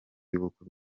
y’ubukwe